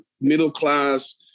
middle-class